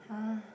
[huh]